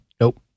Nope